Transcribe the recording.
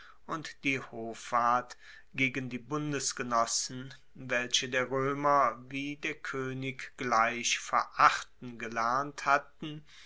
und die hoffart gegen die bundesgenossen welche der roemer wie der koenig gleich verachten gelernt hatten